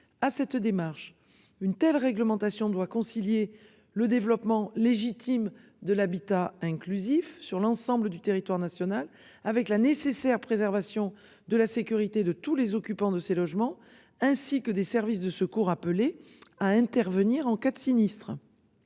à cette démarche. Une telle réglementation doit concilier le développement légitime de l'habitat inclusif sur l'ensemble du territoire national avec la nécessaire préservation de la sécurité de tous les occupants de ces logements ainsi que des services de secours appelés à intervenir en cas de sinistre.